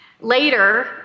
Later